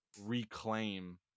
reclaim